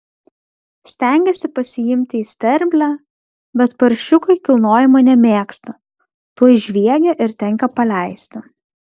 stengiasi pasiimti į sterblę bet paršiukai kilnojimo nemėgsta tuoj žviegia ir tenka paleisti